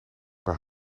per